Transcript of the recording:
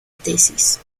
tesis